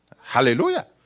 Hallelujah